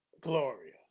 Gloria